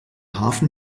hafen